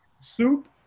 soup